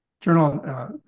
Journal